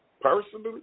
personally